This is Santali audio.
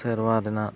ᱥᱮᱨᱣᱟ ᱨᱮᱱᱟᱜ